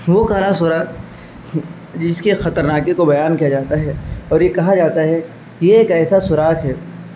وہ کالا سوراخ جس کے خطرناکی کو بیان کیا جاتا ہے اور یہ کہا جاتا ہے یہ ایک ایسا سوراخ ہے